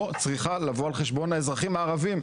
צריכה לבוא על חשבון האזרחים הערבים.